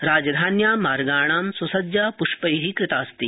राजधान्यां मार्गाणां स्सज्जा प्ष्पै कृतास्ति